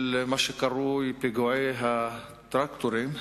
של מה שקרוי "פיגועי הטרקטורים",